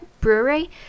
Brewery